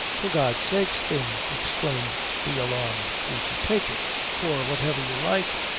for god's sake, thin, exclaimed the alarmed creature, take it for whatever you like.